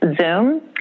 Zoom